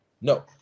no